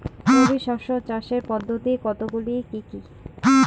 রবি শস্য চাষের পদ্ধতি কতগুলি কি কি?